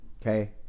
Okay